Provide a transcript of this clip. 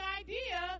idea